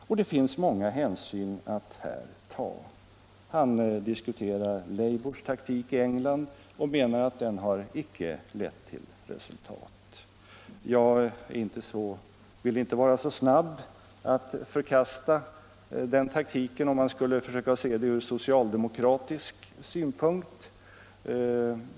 Och det finns många hänsyn att ta här. Industriministern diskuterade det engelska labours taktik och menade att den inte lett till resultat. Jag vill inte vara så snabb att förkasta den taktiken, om jag skall försöka se det från socialdemokratisk synpunkt.